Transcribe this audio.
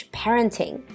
parenting